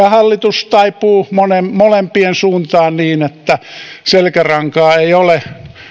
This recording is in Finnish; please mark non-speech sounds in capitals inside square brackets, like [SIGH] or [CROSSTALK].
[UNINTELLIGIBLE] hallitus taipuu molempien suuntaan niin että selkärankaa ei ole